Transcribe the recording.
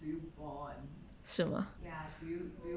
是吗